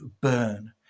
burn